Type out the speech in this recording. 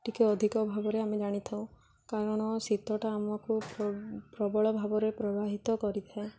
ଟିକେ ଅଧିକ ଭାବରେ ଆମେ ଜାଣିଥାଉ କାରଣ ଶୀତଟା ଆମକୁ ପ୍ରବଳ ଭାବରେ ପ୍ରବାହିତ କରିଥାଏ